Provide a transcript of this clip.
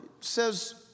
says